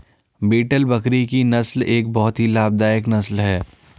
beetle बकरी की नस्ल एक बहुत ही लाभदायक नस्ल है